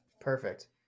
Perfect